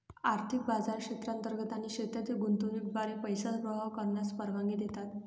आर्थिक बाजार क्षेत्रांतर्गत आणि क्षेत्रातील गुंतवणुकीद्वारे पैशांचा प्रवाह करण्यास परवानगी देतात